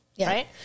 right